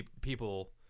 people